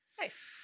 nice